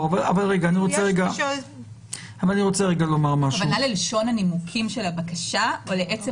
אני רוצה רגע לומר משהו --- הכוונה ללשון הנימוקים של הבקשה או לעצם